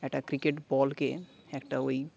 একটা ক্রিকেট বলকে একটা ওই